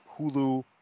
Hulu